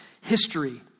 history